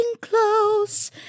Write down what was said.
close